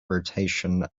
rotation